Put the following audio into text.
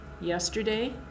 yesterday